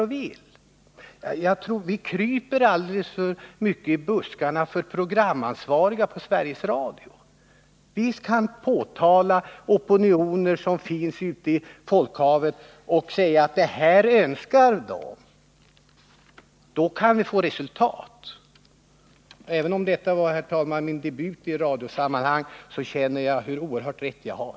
Jag anser att vi kryper alldeles för mycket i buskarna för programansvariga på Sveriges Radio. Vi skall redovisa opinioner som finns ute i folkhavet. Då kan vi nå resultat. Även om detta, herr talman, var min debut i radiosammanhang, så känner jag hur oerhört rätt jag har.